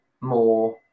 more